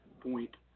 point